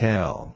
Tell